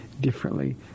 differently